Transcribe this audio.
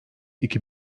iki